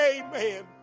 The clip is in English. amen